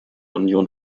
union